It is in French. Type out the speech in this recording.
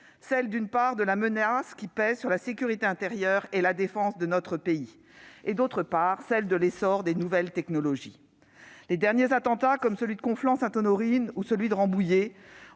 celle de la menace qui pèse sur la sécurité intérieure et la défense de notre pays ; d'autre part, celle qui est liée à l'essor des nouvelles technologies. Les derniers attentats, ceux de Conflans-Sainte-Honorine et de Rambouillet